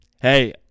Hey